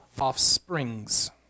offsprings